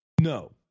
No